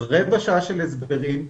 רבע שעה של הסברים,